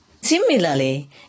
Similarly